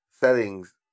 settings